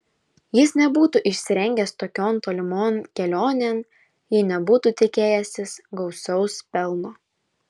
jis nebūtų išsirengęs tokion tolimon kelionėn jei nebūtų tikėjęsis gausaus pelno